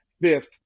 fifth